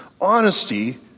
Honesty